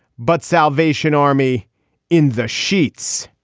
but salvation army in the sheets.